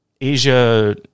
Asia